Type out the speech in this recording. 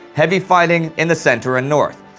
heavy fighting in the center and north.